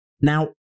Now